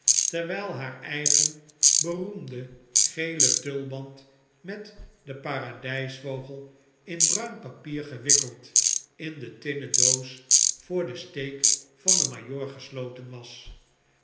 terwijl haar eigen beroemde gele tulband met den paradijsvogel in bruin papier gewikkeld in de tinnen doos voor den steek van den majoor gesloten was